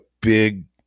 big